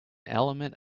element